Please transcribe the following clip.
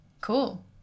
Cool